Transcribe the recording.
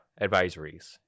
advisories